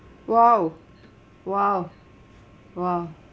!wow! !wow! !wow!